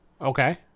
Okay